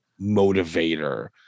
motivator